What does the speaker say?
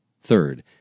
Third